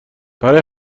برای